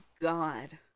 God